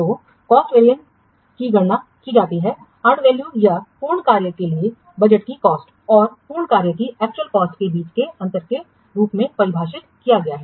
तो cost variance की गणना की जाती हैअर्नड वैल्यू या पूर्ण कार्य के लिए बजट की कॉस्ट और पूर्ण कार्य की एक्चुअल कॉस्ट के बीच अंतर के रूप में परिभाषित किया गया है